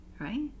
Right